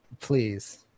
please